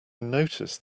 noticed